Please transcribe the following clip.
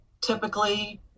typically